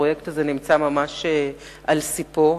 הפרויקט נמצא ממש על ספו,